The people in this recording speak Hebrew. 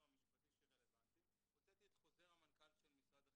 המשפטי שרלוונטי הוצאתי את חוזר המנכ"ל של משרד החינוך.